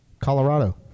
Colorado